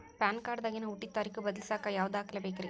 PAN card ದಾಗಿನ ಹುಟ್ಟಿದ ತಾರೇಖು ಬದಲಿಸಾಕ್ ಯಾವ ದಾಖಲೆ ಬೇಕ್ರಿ?